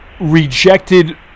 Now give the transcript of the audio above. rejected